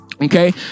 Okay